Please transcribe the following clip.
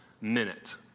minute